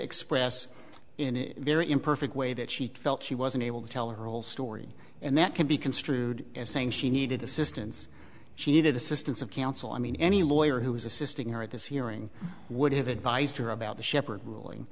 express in a very imperfect way that she felt she wasn't able to tell her whole story and that could be construed as saying she needed assistance she needed assistance of counsel i mean any lawyer who was assisting her at this hearing would have advised her about the shepherd ruling